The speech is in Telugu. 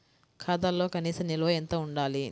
ఖాతాలో కనీస నిల్వ ఎంత ఉండాలి?